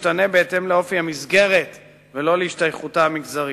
משתנה בהתאם לאופי המסגרת ולא להשתייכותה המגזרית.